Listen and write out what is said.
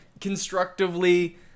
constructively